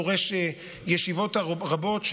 דורש ישיבות רבות,